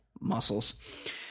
muscles